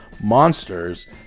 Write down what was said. monsters